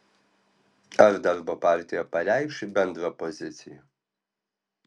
ar darbo partija pareikš bendrą poziciją